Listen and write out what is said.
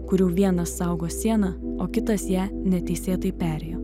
kurių vienas saugo sieną o kitas ją neteisėtai perėjo